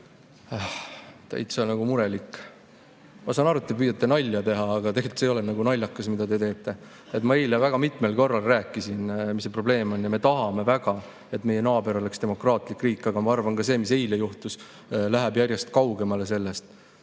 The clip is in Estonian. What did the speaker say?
täitsa murelik. Ma saan aru, et te püüate nalja teha, aga see ei ole naljakas, mida te teete. Ma eile rääkisin mitmel korral, mis probleem on. Me tahame väga, et meie naaber oleks demokraatlik riik, aga ma arvan, et see, mis eile juhtus, läheb järjest kaugemale sellest.